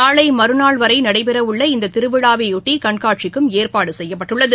நாளை மறுநாள் வரை நடைபெற உள்ள இந்த திருவிழாவையொட்டி கண்காட்சிக்கும் ஏற்பாடு செய்யப்பட்டுள்ளது